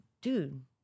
dude